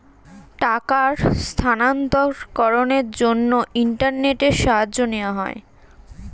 টাকার স্থানান্তরকরণের জন্য ইন্টারনেটের সাহায্য নেওয়া হয়